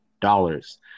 dollars